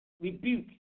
rebuke